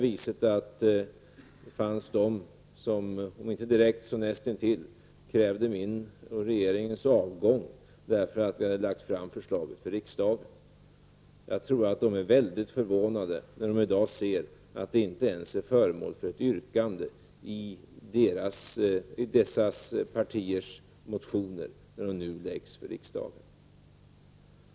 De fanns t.o.m. de som näst intill krävde min och regeringens avgång på grund av att vi hade lagt fram försla get inför riksdagen. Jag tror att det har skapat en väldig förvåning att inte moderaterna har något yrkande i sina motioner när nu förslaget framställs.